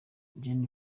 gen